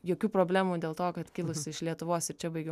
jokių problemų dėl to kad kilus iš lietuvos ir čia baigiau